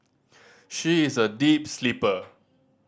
she is a deep sleeper